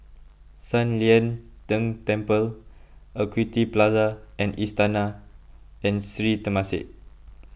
San Lian Deng Temple Equity Plaza and Istana and Sri Temasek